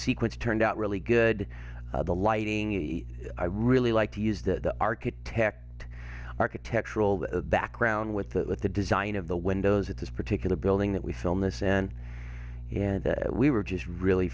sequence turned out really good the lighting i really like to use the architect architectural background with that with the design of the windows at this particular building that we filmed this and that we were just really